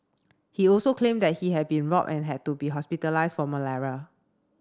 he also claimed that he had been robbed and had to be hospitalised from malaria